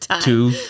two